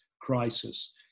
crisis